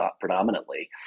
predominantly